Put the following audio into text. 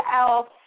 else